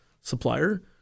supplier